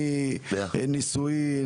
מנישואים,